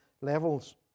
levels